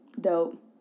Dope